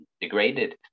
degraded